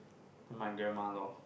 my grandma lor